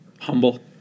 humble